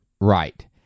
Right